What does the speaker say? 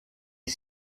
est